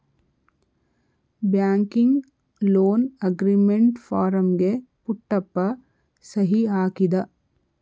banking loan agreement ಫಾರಂಗೆ ಪುಟ್ಟಪ್ಪ ಸಹಿ ಹಾಕಿದ